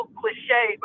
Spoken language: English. cliche